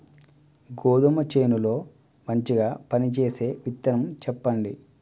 గోధుమ చేను లో మంచిగా పనిచేసే విత్తనం చెప్పండి?